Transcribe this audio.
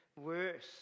worse